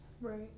Right